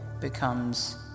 becomes